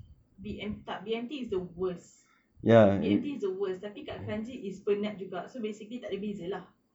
B M tak B_M_T is the worse B_M_T is the worse tapi kat kranji is penat juga so basically tak ada beza lah